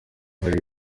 hari